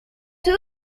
toni